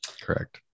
Correct